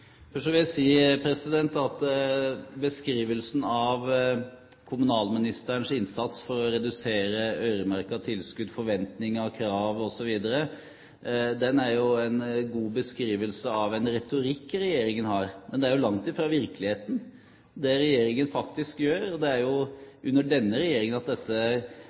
Først vil jeg si at beskrivelsen av kommunalministerens innsats for å redusere øremerkede tilskudd, forventninger og krav osv. er en god beskrivelse av en retorikk regjeringen har. Men det er jo langt fra virkeligheten. Det er jo under denne regjeringen